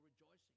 rejoicing